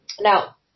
Now